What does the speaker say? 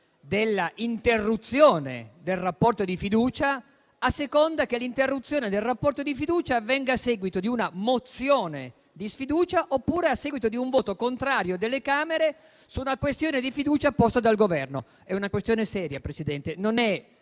della interruzione del rapporto di fiducia, a seconda che tale interruzione avvenga a seguito di una mozione di sfiducia, oppure a seguito di un voto contrario delle Camere su una questione di fiducia posta dal Governo. È una questione seria, non